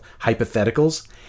Hypotheticals